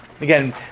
Again